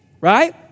right